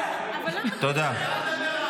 תודה.